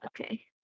Okay